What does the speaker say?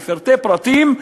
בפרטי פרטים,